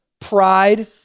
pride